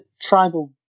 tribal